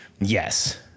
Yes